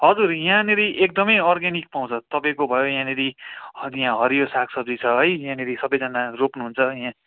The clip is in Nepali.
हजुर यहाँनिर एकदमै अर्ग्यानिक पाउँछ तपाईँको भयो यहाँनिर अघि यहाँ हरियो सागसब्जी छ है यहाँनिर सबैजना रोप्नुहुन्छ यहाँ